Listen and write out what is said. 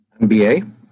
MBA